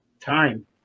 time